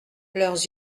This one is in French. leurs